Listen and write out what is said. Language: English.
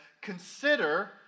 consider